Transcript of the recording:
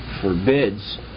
forbids